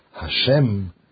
Hashem